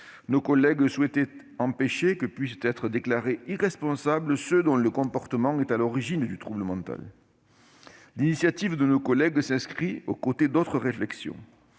Nos collègues souhaitaient empêcher que puissent être déclarés irresponsables ceux dont le comportement est à l'origine du trouble mental. Leur initiative s'inscrit dans le sillage d'autres réflexions.